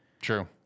True